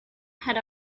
had